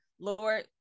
Lord